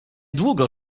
długo